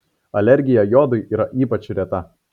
alergija jodui yra ypač reta